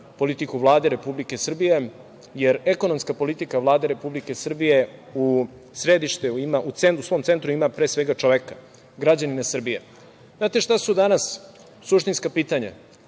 politiku Vlade Republike Srbije, jer ekonomska politika Vlade Republike Srbije u svom centru ima, pre svega, čoveka, građanina Srbije. Da li znate šta su danas suštinska pitanja